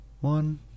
One